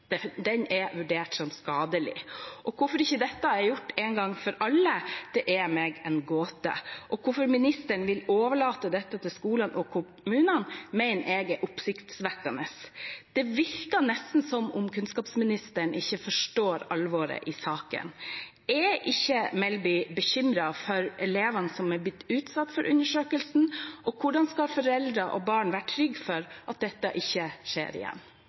er vurdert som skadelig. Hvorfor ikke det er gjort en gang for alle, er meg en gåte, og hvorfor ministeren vil overlate dette til skolene og kommunene, mener jeg er oppsiktsvekkende. Det virker nesten som om kunnskapsministeren ikke forstår alvoret i saken. Er ikke Melby bekymret for de elevene som er blitt utsatt for undersøkelsen? Hvordan skal foreldre og barn være trygge på at dette ikke skjer igjen?